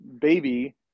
baby